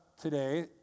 today